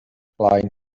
blaen